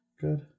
Good